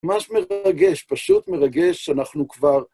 ממש מרגש, פשוט מרגש שאנחנו כבר...